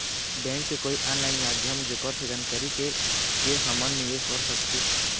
Bank के कोई online माध्यम जेकर से जानकारी के के हमन निवेस कर सकही?